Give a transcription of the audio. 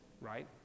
right